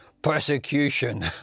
persecution